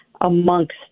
amongst